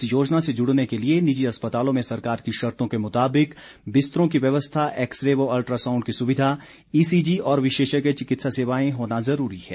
इस योजना से जुड़ने के लिए निजी अस्पतालों में सरकार की शर्तों के मुताबिक बिस्तरों की व्यवस्था एक्स रे ँव अल्ट्रा साउंड की सुविधा ईसीजी और विशेषज्ञ चिंकित्सा सेवाएं होना ज़रूरी है